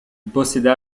posséda